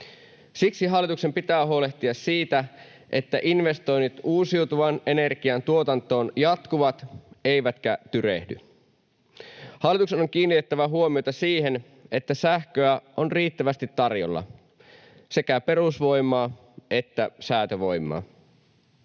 Siksi hallituksen pitää huolehtia siitä, että investoinnit uusiutuvan energian tuotantoon jatkuvat eivätkä tyrehdy. Hallituksen on kiinnitettävä huomiota siihen, että sähköä on riittävästi tarjolla, sekä perusvoimaa että säätövoimaa.